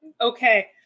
Okay